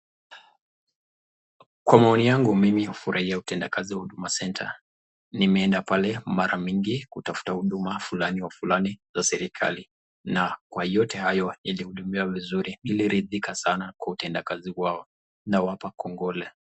Kwa maoni yangu mmi hufarahia utenda kazi ya Huduma center nimeenda huko mara mingi kutafuta Huduma mingi ya serikalii na kwa yote hayo walinihudumia vizuri nliridhika sana utendakazi wao nawapa kongole.